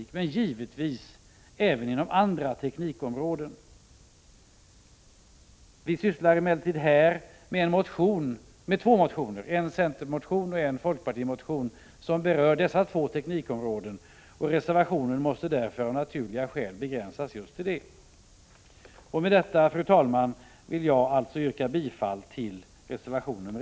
Detsamma gäller givetvis även andra teknikområden. Vi sysslar emellertid här med två motioner, en centerpartimotion och en folkpartimotion, som berör dessa två teknikområden och reservationen måste därför av naturliga skäl begränsas just till dem. Med detta yrkar jag, fru talman, bifall till reservationen.